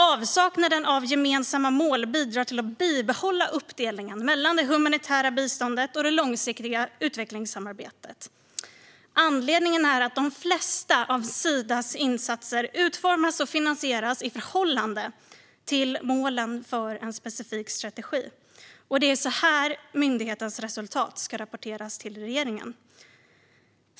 Avsaknaden av gemensamma mål bidrar till att bibehålla uppdelningen mellan det humanitära biståndet och det långsiktiga utvecklingssamarbetet. Anledningen är att de flesta av Sidas insatser utformas och finansieras i förhållande till målen för en specifik strategi. Det är så här myndighetens resultat ska rapporteras till regeringen.